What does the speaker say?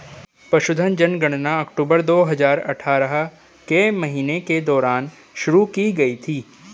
पशुधन जनगणना अक्टूबर दो हजार अठारह के महीने के दौरान शुरू की गई थी